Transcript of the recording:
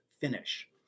finish